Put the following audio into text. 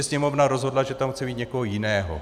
Sněmovna prostě rozhodla, že tam chce mít někoho jiného.